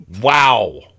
Wow